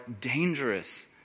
dangerous